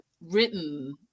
written